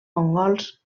mongols